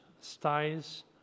styles